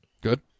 Good